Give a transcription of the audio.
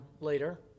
later